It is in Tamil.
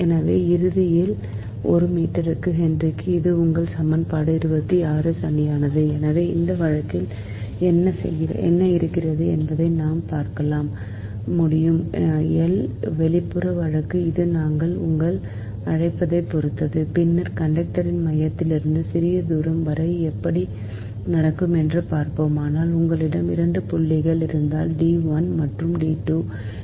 எனவே இறுதியில் ஒரு மீட்டருக்கு ஹென்றி இது உங்கள் சமன்பாடு 26 சரியானது அதாவது இந்த வழக்கில் என்ன இருக்கிறது என்பதை நாம் பார்க்க முடியும் எல் வெளிப்புற வழக்கு அது நாங்கள் உங்களை அழைப்பதை பொறுத்தது பின்னர் கண்டக்டரின் மையத்திலிருந்து சிறிது தூரம் வரை எப்படி நடக்கும் என்று பார்ப்போம் ஆனால் உங்களிடம் 2 புள்ளிகள் இருந்தால் டி 1 மற்றும் D 2